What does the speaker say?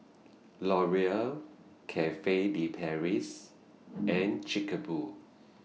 Laurier Cafe De Paris and Chic Boo